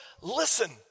listen